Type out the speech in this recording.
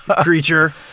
creature